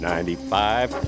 Ninety-five